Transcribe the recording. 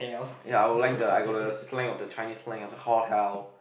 yeah I would like the I got the slang of the Chinese slang hotel